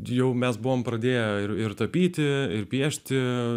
jau mes buvome pradėję ir ir tapyti ir piešti